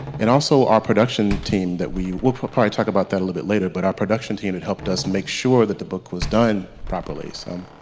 and also our production team that we we'll probably talk about that a little bit later, but our production team that helped us make sure that the book was done properly so.